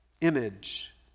image